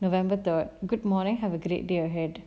november third good morning have a great day ahead